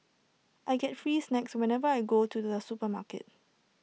I get free snacks whenever I go to the supermarket